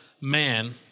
man